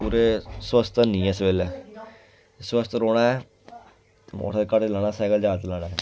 पूरे स्वस्थ हैनी इस बेल्लै स्वस्थ रौह्ना ऐ ते मोटरसैकल घट्ट चलना सैकल जादा चलाना ऐ